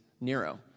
Nero